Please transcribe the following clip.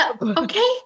Okay